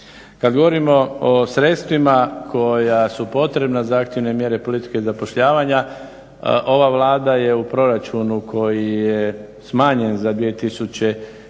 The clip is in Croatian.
Kada govorimo o sredstvima koja su potrebna za aktivne mjere politike zapošljavanja, ova Vlada je u proračunu koji je smanjen za